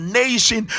nation